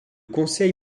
conseil